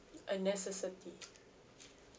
a necessity